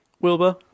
Wilbur